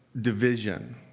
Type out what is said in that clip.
division